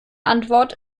antwort